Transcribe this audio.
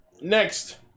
Next